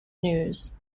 news